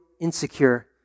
insecure